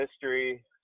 history –